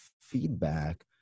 feedback